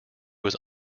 was